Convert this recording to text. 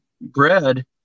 Bread